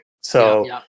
So-